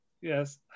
Yes